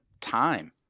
time